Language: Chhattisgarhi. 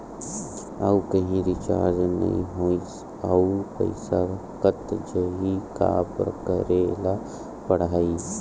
आऊ कहीं रिचार्ज नई होइस आऊ पईसा कत जहीं का करेला पढाही?